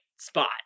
spot